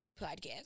podcast